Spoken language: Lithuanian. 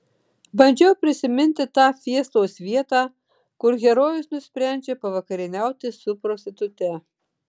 bandžiau prisiminti tą fiestos vietą kur herojus nusprendžia pavakarieniauti su prostitute